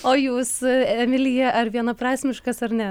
o jūs emilija ar vienaprasmiškas ar ne